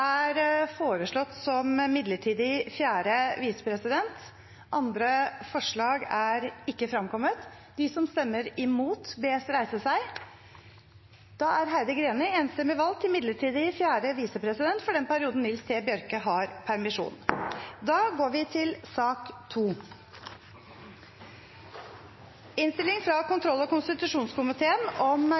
som midlertidig fjerde visepresident. – Andre forslag foreligger ikke, og Heidi Greni er enstemmig valgt til midlertidig fjerde visepresident for den perioden Nils T. Bjørke har permisjon. Eg vil starta med å takka komiteen for eit godt og